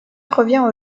revient